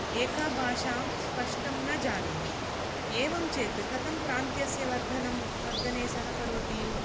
एका भाषां स्पष्टं न जानन्ति एवं चेत् कथं प्रान्तस्य वर्धनं वर्धने सहकरोति